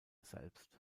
selbst